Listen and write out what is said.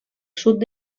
sud